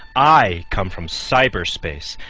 i come from cyber space,